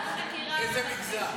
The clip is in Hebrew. איזה מגזר?